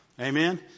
Amen